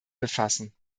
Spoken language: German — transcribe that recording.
befassen